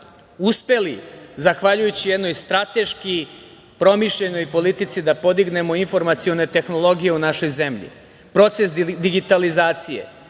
uspeli, zahvaljujući jednoj strateški promišljenoj politici, da podignemo informacione tehnologije u našoj zemlji, proces digitalizacije. Dolaze